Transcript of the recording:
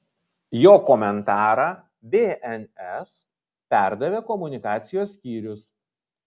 jo komentarą bns perdavė komunikacijos skyrius